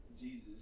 Jesus